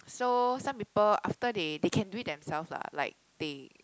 so some people after they they can do it themselves lah like they